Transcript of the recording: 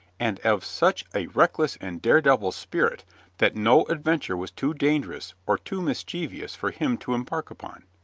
and of such a reckless and dare-devil spirit that no adventure was too dangerous or too mischievous for him to embark upon.